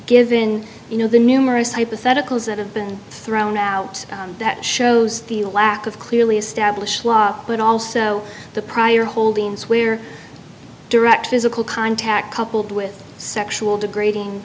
given you know the numerous hypotheticals that have been thrown out that shows the lack of clearly established law but also the prior holdings where direct physical contact coupled with sexual degrading